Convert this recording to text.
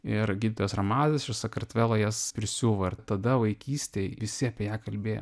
ir gydytojas ramazas iš sakartvelo jas prisiuvo ir tada vaikystėj visi apie ją kalbėjo